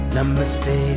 Namaste